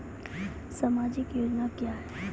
समाजिक योजना क्या हैं?